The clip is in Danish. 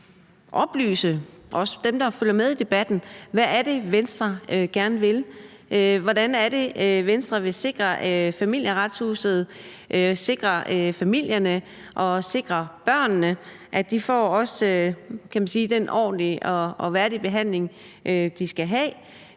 kan oplyse dem, der følger med i debatten, om, hvad det er, Venstre gerne vil. Hvordan vil Venstre sikre, at Familieretshuset sørger for, at familierne og børnene får den ordentlige og værdige behandling, de skal have?